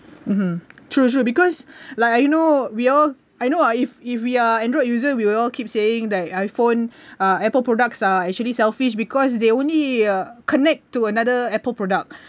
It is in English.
mmhmm true true because like I know we all I know ah if if we are android user we will all keep saying that I_phone uh Apple products are actually selfish because they only uh connect to another Apple product